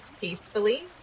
peacefully